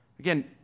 Again